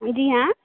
जी हाँ